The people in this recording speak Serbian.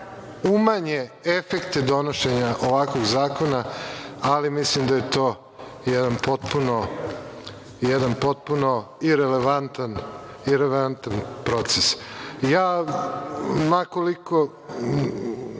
umanje efekte donošenja ovakvog zakona, ali mislim da je to jedan potpuno irelevantan proces. Ja, ma koliko,